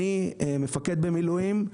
אני מפקד במילואים,